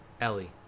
Ellie